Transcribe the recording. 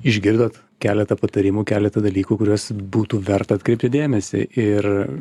išgirdot keletą patarimų keletą dalykų kuriuos būtų verta atkreipti dėmesį ir